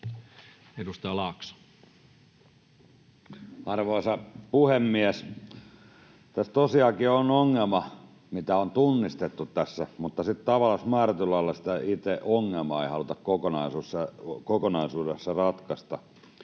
Content: Arvoisa puhemies! Tässä tosiaankin on ongelma, mikä on tunnistettu tässä, mutta sitten tavallaan määrätyllä lailla sitä itse ongelmaa ei haluta kokonaisuudessaan ratkaista.